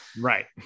right